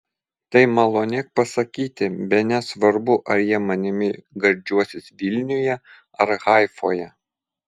tai malonėk pasakyti bene svarbu ar jie manimi gardžiuosis vilniuje ar haifoje